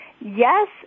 Yes